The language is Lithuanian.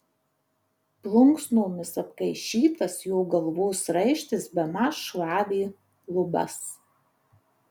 plunksnomis apkaišytas jo galvos raištis bemaž šlavė lubas